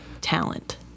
talent